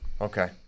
Okay